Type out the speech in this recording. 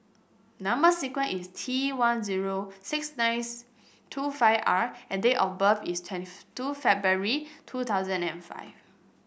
number sequence is T one zero six nice two five R and date of birth is twenty two February two thousand and five